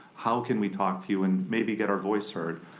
how can we talk to you, and maybe get our voice heard?